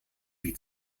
wie